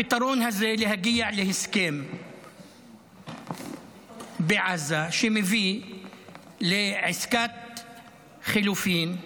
הפתרון זה להגיע להסכם בעזה שמביא לעסקת חילופין,